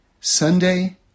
Sunday